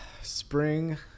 spring